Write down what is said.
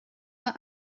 mae